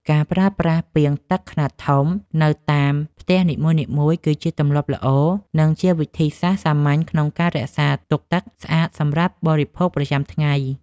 ការប្រើប្រាស់ពាងទឹកខ្នាតធំនៅតាមផ្ទះនីមួយៗគឺជាទម្លាប់ល្អ និងជាវិធីសាស្ត្រសាមញ្ញក្នុងការរក្សាទុកទឹកស្អាតសម្រាប់បរិភោគប្រចាំថ្ងៃ។